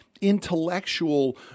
intellectual